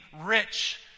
rich